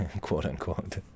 quote-unquote